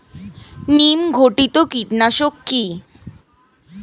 নিম ঘটিত কীটনাশক কি?